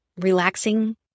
relaxing